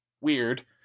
weird